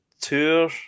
tour